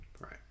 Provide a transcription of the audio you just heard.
Right